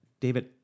David